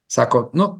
sako nu